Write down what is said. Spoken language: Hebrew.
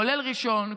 כולל ראשון,